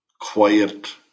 quiet